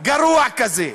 גרוע כזה,